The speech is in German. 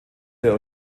der